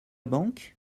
banque